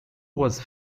was